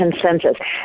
consensus